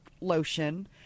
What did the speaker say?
Lotion